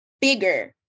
bigger